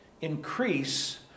increase